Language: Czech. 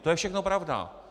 To je všechno pravda.